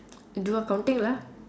do accounting lah